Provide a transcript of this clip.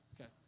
Okay